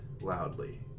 loudly